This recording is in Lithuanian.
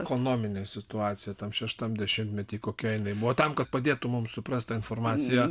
ekonominė situacija tam šeštam dešimtmety kokia jinai buvo tam kad padėtų mum suprasti tą informaciją